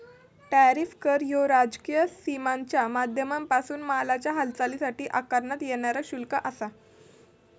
tariff कर ह्यो राजकीय सीमांच्या माध्यमांपासून मालाच्या हालचालीसाठी आकारण्यात येणारा शुल्क आसा